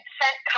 sent